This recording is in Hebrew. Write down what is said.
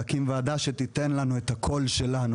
להקים ועדה שתיתן לנו את הקול לנו,